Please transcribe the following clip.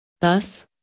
Thus